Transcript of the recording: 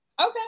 Okay